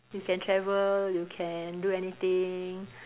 you can travel you can do anything